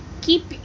keep